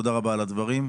תודה רבה על הדברים.